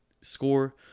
score